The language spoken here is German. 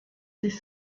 sich